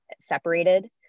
separated